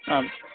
आम्